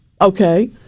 Okay